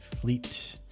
fleet